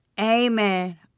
Amen